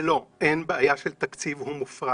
ולא, אין בעיה של תקציב, הוא מופרד.